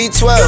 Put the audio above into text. V12